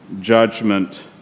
judgment